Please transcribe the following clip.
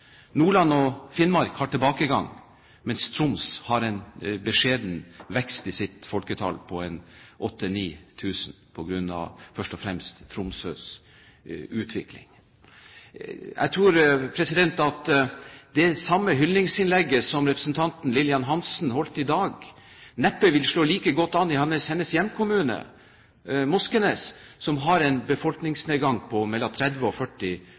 sitt folketall på 8 000–9 000, først og fremst på grunn av Tromsøs utvikling. Jeg tror at det hyllingsinnlegget som representanten Lillian Hansen holdt i dag, neppe vil slå like godt an i hennes hjemkommune, Moskenes, som har en befolkningsnedgang på mellom 30 og 40